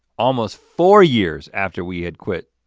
almost four years after we had quit.